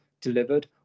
delivered